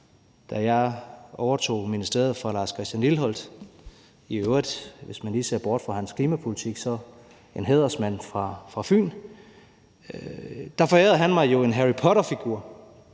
Da jeg overtog ministeriet fra Lars Christian Lilleholt – i øvrigt en, hvis man lige ser bort fra hans klimapolitik, hædersmand fra Fyn – forærede han mig en Harry Potter-figur.